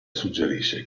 suggerisce